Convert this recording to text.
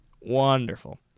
Wonderful